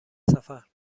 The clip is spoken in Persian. سفر